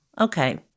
Okay